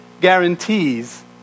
guarantees